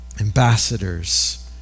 ambassadors